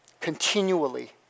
Continually